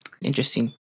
Interesting